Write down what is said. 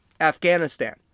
Afghanistan